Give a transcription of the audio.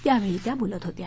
त्यावेळी त्या बोलत होत्या